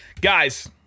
Guys